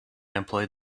employed